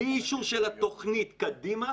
בלי אישור של התוכנית קדימה,